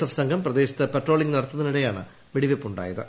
F സംഘം പ്രദേശത്ത് patrolling നിട്ടത്തുന്നതിനിടെയാണ് വെടിവയ്പുണ്ടായത്